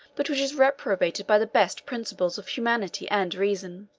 but which is reprobated by the best principles of humanity and reason.